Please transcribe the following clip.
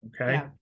Okay